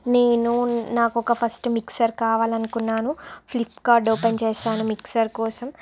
నేను నాకు ఒక ఫస్ట్ మిక్సర్ కావాలని అనుకున్నాను ఫ్లిప్కార్ట్ ఓపెన్ చేసాను మిక్సర్ కోసం